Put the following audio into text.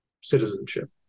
citizenship